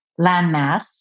landmass